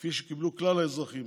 כפי שקיבלו כלל האזרחים.